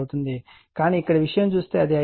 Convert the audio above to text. కానీ ఇక్కడ ఒక విషయం చూస్తే అది 5